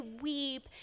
weep